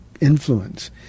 influence